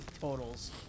totals